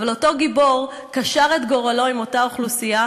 אבל אותו גיבור קשר את גורלו עם אותה אוכלוסייה,